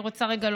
על זה נאמר: